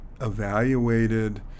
evaluated